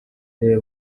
they